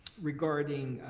regarding